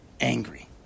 angry